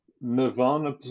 Nirvana